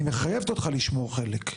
אני מחייבת אותך לשמור חלק.